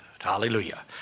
Hallelujah